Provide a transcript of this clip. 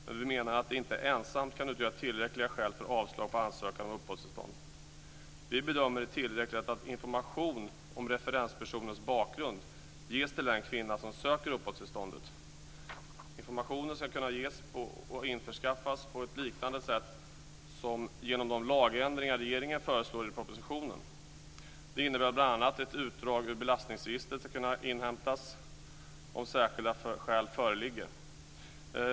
Men vi menar att det här inte ensamt kan utgöra ett tillräckligt skäl för avslag på ansökan om uppehållstillstånd. Vi bedömer att det är tillräckligt att information om referenspersonens bakgrund ges till den kvinna som söker uppehållstillståndet. Informationen ska kunna ges och införskaffas på ett liknande sätt som regeringen, genom lagändringar, föreslår i propositionen. Det innebär bl.a. att ett utdrag ur belastningsregistret ska kunna inhämtas om särskilda skäl föreligger.